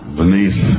beneath